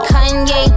Kanye